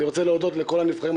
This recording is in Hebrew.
אני רוצה להודות לכל הנבחרים.